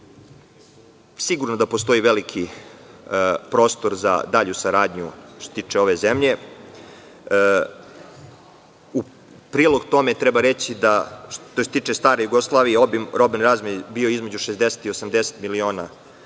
dolara. Sigurno da postoji veliki prostor za dalju saradnju što se tiče ove zemlje. U prilog tome treba reći da je, što se tiče stare Jugoslavije, obim robne razmene bio između 60 i 80 miliona dolara.